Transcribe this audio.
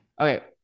Okay